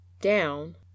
down